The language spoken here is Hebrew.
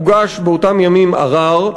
הוגש באותם ימים ערר,